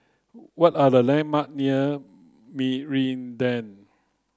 what are the landmark near Meridian